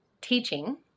teaching